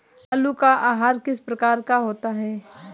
आलू का आकार किस प्रकार का होता है?